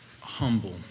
humble